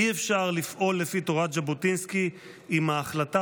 אי-אפשר לפעול לפי תורת ז'בוטינסקי אם ההחלטה